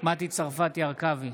מטי צרפתי הרכבי,